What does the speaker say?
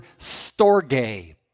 storge